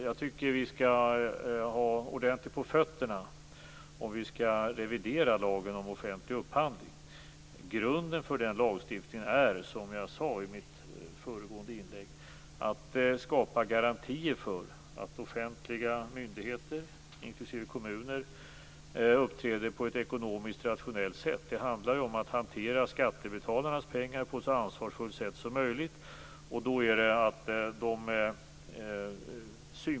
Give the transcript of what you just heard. Jag tycker att vi skall ha ordentligt på fötterna om vi skall revidera lagen om offentlig upphandling. Grunden för den lagstiftningen är, som jag sade i mitt föregående inlägg, att skapa garantier för att offentliga myndigheter, inklusive kommuner, uppträder på ett ekonomiskt rationellt sätt. Det handlar om att hantera skattebetalarnas pengar på ett så ansvarsfullt sätt som möjligt.